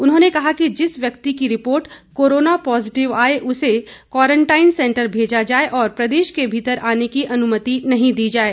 उन्होंने कहा कि जिस व्यक्ति की रिपोर्ट कोरोना पॉजिटिव आए उसे क्वारंटाईन सेंटर भेजा जाए और प्रदेश के भीतर आने की अनुमति नहीं दी जाए